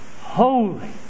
holy